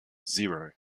zero